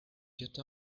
get